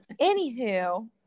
anywho